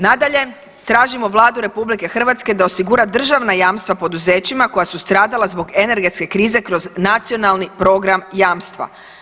Nadalje, tražimo Vladu RH da osigura državna jamstva poduzećima koja su stradala zbog energetske krize kroz Nacionalni program jamstva.